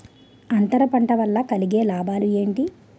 అంతర పంట వల్ల కలిగే లాభాలు ఏంటి